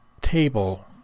table